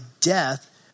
death